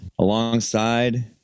Alongside